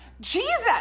Jesus